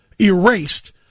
erased